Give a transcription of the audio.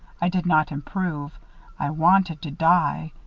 i did not improve i wanted to die.